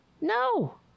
No